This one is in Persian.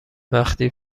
وقتی